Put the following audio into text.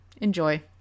Enjoy